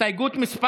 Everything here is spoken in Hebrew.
הסתייגות מס'